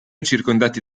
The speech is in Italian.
circondati